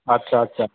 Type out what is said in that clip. আচ্ছা আচ্ছা